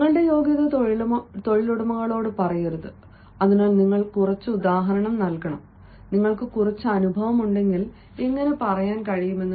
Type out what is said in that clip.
നിങ്ങളുടെ യോഗ്യത തൊഴിലുടമകളോട് പറയരുത് അതിനാൽ നിങ്ങൾ കുറച്ച് ഉദാഹരണം നൽകണം നിങ്ങൾക്ക് കുറച്ച് അനുഭവമുണ്ടെങ്കിൽ എങ്ങനെ പറയാൻ കഴിയും